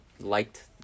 liked